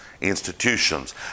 institutions